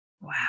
Wow